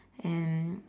and